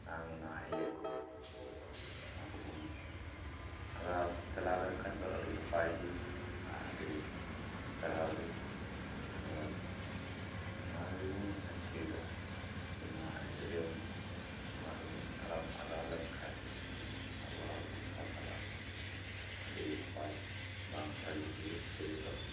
ᱵᱟᱝ ᱱᱚᱣᱟ ᱤᱭᱟᱹ ᱠᱚ ᱚᱱᱟ ᱠᱚᱵᱚᱱ ᱞᱟᱦᱟ ᱪᱟᱞᱟᱣ ᱞᱮᱱᱠᱷᱟᱱ ᱫᱚ ᱟᱹᱰᱤ ᱱᱟᱯᱟᱭ ᱜᱮ ᱟᱨ ᱟᱹᱰᱤ ᱥᱟᱨᱦᱟᱣ ᱜᱮ ᱟᱫᱚ ᱱᱚᱣᱟ ᱜᱮᱵᱚᱱ ᱢᱮᱱ ᱦᱚᱪᱚᱭᱮᱫᱟ ᱡᱮ ᱱᱚᱣᱟ ᱮᱥᱴᱮᱰᱤᱭᱟᱢ ᱢᱟᱴᱷ ᱨᱮᱵᱚᱱ ᱛᱟᱲᱟᱢ ᱟᱜᱟᱣ ᱞᱮᱱ ᱠᱷᱟᱱ ᱟᱵᱚ ᱦᱚᱲ ᱦᱚᱯᱚᱱ ᱥᱟᱱᱛᱟᱲᱟᱜ ᱫᱚ ᱟᱹᱰᱤ ᱱᱟᱯᱟᱭ ᱵᱟᱝ ᱵᱷᱟᱹᱜᱤ ᱜᱮ ᱦᱩᱭᱩᱜ ᱛᱟᱵᱚᱱᱟ